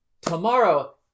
tomorrow